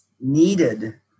needed